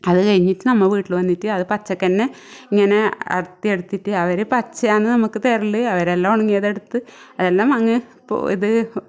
അത് കഴിഞ്ഞിട്ട് നമ്മൾ വീട്ടിൽ വന്നിട്ട് അത് പച്ചക്കന്നെ ഇങ്ങനെ അടത്തിയടത്തിയിട്ട് അവർ പച്ചയാന്ന് നമുക്ക് തരല് അവരെല്ലാം ഒണങ്ങിയതെടുത്ത് അതെല്ലാം അങ്ങ് പോ ഇത്